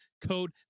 code